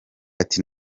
ati